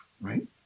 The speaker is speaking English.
right